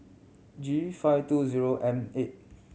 G five two zero M eight